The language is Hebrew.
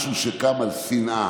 משהו שקם על שנאה,